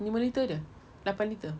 lima litre ada lapan litre